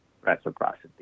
reciprocity